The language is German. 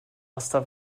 erster